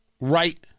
right